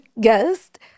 guest